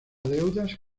deudas